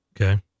Okay